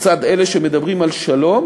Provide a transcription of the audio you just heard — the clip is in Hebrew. מצד אלה שמדברים על שלום